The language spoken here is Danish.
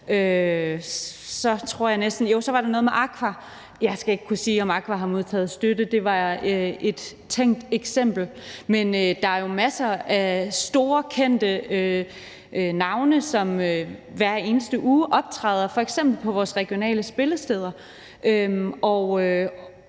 Så var der noget med Aqua. Jeg skal ikke kunne sige, om Aqua har modtaget støtte. Det var et tænkt eksempel. Men der er jo masser af store, kendte navne, som hver eneste uge optræder på f.eks. vores regionale spillesteder,